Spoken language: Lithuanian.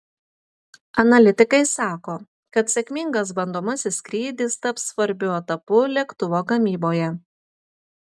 analitikai sako kad sėkmingas bandomasis skrydis taps svarbiu etapu lėktuvo gamyboje